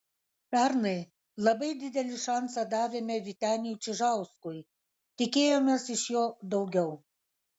pernai labai didelį šansą davėme vyteniui čižauskui tikėjomės iš jo daugiau